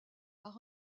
par